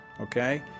Okay